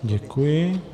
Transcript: Děkuji.